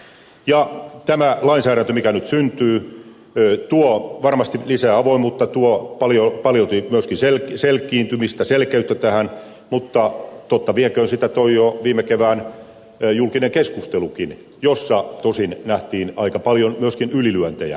ja tämä lainsäädäntö mikä nyt syntyy tuo varmasti lisää avoimuutta tuo paljolti myöskin selkeyttä tähän mutta totta vieköön sitä toi jo viime kevään julkinen keskustelukin jossa tosin nähtiin aika paljon myöskin ylilyöntejä